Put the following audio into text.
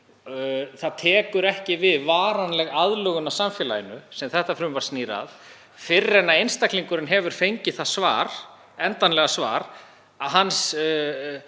Ekki tekur við varanleg aðlögun að samfélaginu sem þetta frumvarp snýr að fyrr en einstaklingurinn hefur fengið það endanlega svar að hann